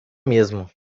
mesmo